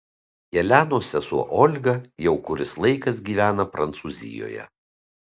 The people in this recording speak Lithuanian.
jelenos sesuo olga jau kuris laikas gyvena prancūzijoje